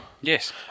Yes